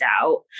out